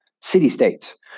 city-states